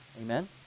Amen